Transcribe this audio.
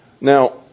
Now